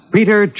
Peter